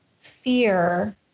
fear